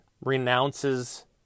renounces